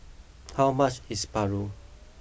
how much is Paru